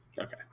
Okay